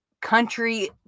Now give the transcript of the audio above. country